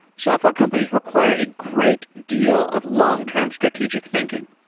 software companies require a great deal of long-terms strategic thinking.